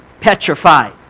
petrified